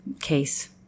case